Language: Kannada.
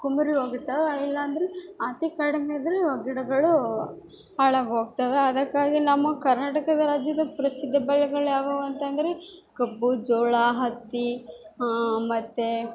ಕಮ್ರಿ ಹೋಗಿರ್ತವೆ ಇಲ್ಲ ಅಂದ್ರೆ ಅತಿ ಕಡಿಮೆ ಇದ್ರು ಆ ಗಿಡಗಳೂ ಹಾಳಾಗೋಗ್ತವೆ ಅದಕ್ಕಾಗಿ ನಮ್ಮ ಕರ್ನಾಟಕದ ರಾಜ್ಯದ ಪ್ರಸಿದ್ಧ ಬೆಳೆಗಳು ಯಾವ್ಯಾವು ಅಂತಂದರೆ ಕಬ್ಬು ಜೋಳ ಹತ್ತಿ ಮತ್ತು